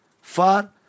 far